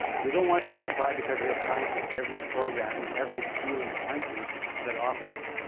they don't want you to apply because you're applying to every program and every school in the country that offers it.